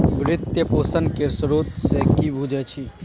वित्त पोषण केर स्रोत सँ कि बुझै छी